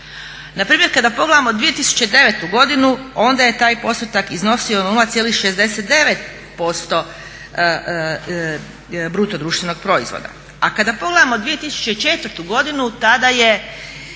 Npr. kada pogledamo 2009. godinu onda je taj postotak iznosio 0,69% BDP-a. A kada pogledamo 2004. godinu tada je,